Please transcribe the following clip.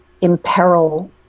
imperil